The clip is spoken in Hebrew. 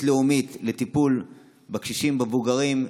לאומית לטיפול בקשישים ובמבוגרים,